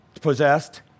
possessed